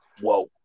Whoa